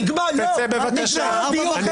נגמר הדיון.